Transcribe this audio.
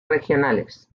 regionales